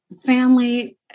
family